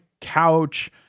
couch